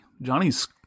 Johnny's